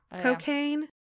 cocaine